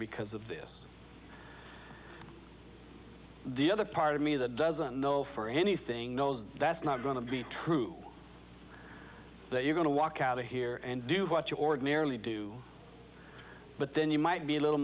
because of this the other part of me that doesn't know for anything that's not going to be true that you're going to walk out of here and do what you ordinarily do but then you might be a little